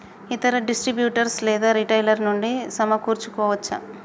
ఇతర డిస్ట్రిబ్యూటర్ లేదా రిటైలర్ నుండి సమకూర్చుకోవచ్చా?